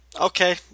okay